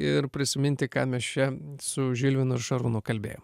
ir prisiminti ką mes čia su žilvinu šarūnu kalbėjom